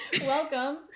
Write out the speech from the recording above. Welcome